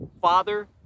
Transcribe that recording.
father